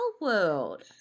world